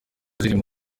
zirimo